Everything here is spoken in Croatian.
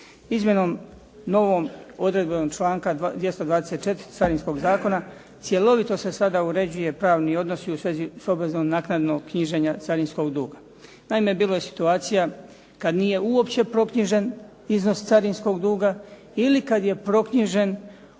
Izmjenom novom odredbom članka 224. Carinskog zakona cjelovito se sada uređuju pravni odnosi u svezi s obrazovnog naknadnog knjiženja carinskog duga. Naime, bilo je situacija kada uopće nije proknjižen iznos carinskog duga ili kada je proknjižen